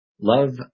Love